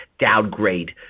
downgrade